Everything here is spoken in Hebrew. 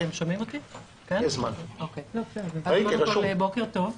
בוקר טוב.